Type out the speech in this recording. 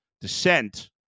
descent